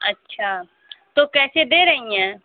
अच्छा तो कैसे दे रही हैं